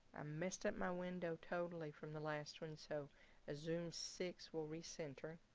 i messed up my window totally from the last one so a zoom six will recenter